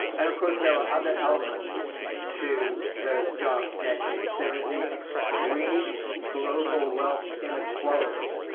and of course, there were other elements to those dark decades. there was the extreme global wealth inequality.